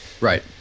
Right